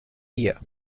year